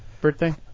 birthday